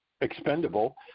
expendable